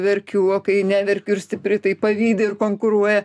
verkiu o kai neverkiu ir stipri tai pavydi ir konkuruoja